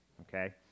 okay